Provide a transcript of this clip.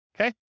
Okay